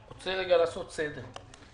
אני רוצה לעשות סדר.